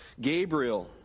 Gabriel